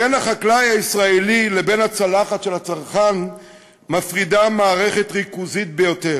בין החקלאי הישראלי לבין הצלחת של הצרכן מפרידה מערכת ריכוזית ביותר,